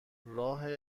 راه